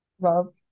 love